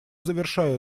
завершаю